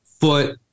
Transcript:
foot